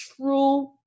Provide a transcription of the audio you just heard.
true